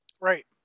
Right